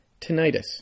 tinnitus